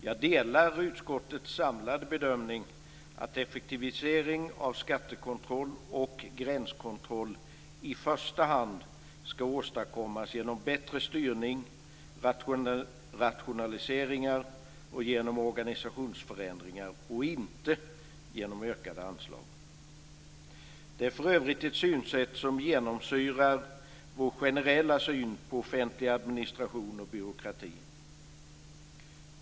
Jag delar utskottets samlade bedömning att effektivisering av skattekontroll och gränskontroll i första hand ska åstadkommas genom bättre styrning, rationaliseringar och organisationsförändringar, och inte genom ökade anslag. Det är för övrigt ett synsätt som genomsyrar vår generella syn på offentlig administration och byråkrati.